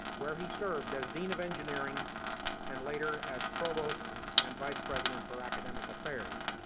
where he served as dean of engineering and later as provost and vice president for academic affairs,